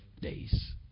days